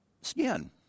skin